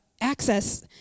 access